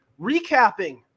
recapping